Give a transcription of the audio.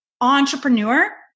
entrepreneur